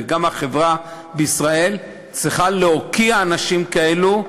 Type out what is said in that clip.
וגם החברה בישראל צריכה להוקיע אנשים כאלה,